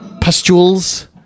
pustules